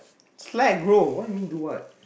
slack bro what you mean do what